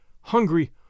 hungry